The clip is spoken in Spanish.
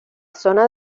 zona